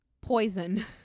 poison